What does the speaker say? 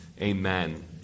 amen